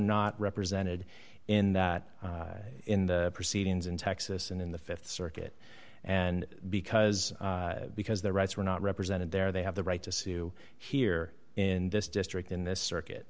not represented in that in the proceedings in texas and in the th circuit and because because their rights were not represented there they have the right to sue here in this district in this circuit